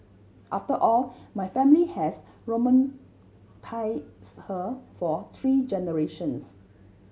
after all my family has her for three generations